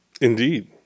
Indeed